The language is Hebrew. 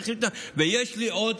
צריך, יש לי עוד.